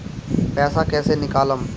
पैसा कैसे निकालम?